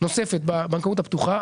נוספת בבנקאות הפתוחה,